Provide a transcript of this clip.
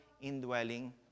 indwelling